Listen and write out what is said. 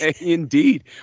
indeed